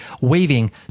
waving